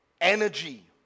energy